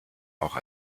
auch